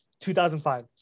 2005